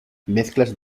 mezclas